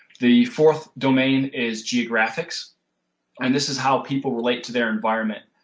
the fourth domain is geographic and this is how people relate to their environment.